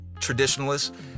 traditionalists